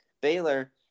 Baylor